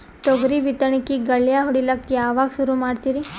ತೊಗರಿ ಬಿತ್ತಣಿಕಿಗಿ ಗಳ್ಯಾ ಹೋಡಿಲಕ್ಕ ಯಾವಾಗ ಸುರು ಮಾಡತೀರಿ?